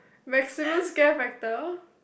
maximum scare factor